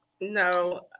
No